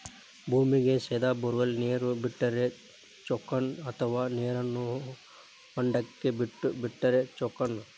ಭೂಮಿಗೆ ಸೇದಾ ಬೊರ್ವೆಲ್ ನೇರು ಬಿಟ್ಟರೆ ಚೊಕ್ಕನ ಅಥವಾ ನೇರನ್ನು ಹೊಂಡಕ್ಕೆ ಬಿಟ್ಟು ಬಿಟ್ಟರೆ ಚೊಕ್ಕನ?